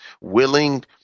willing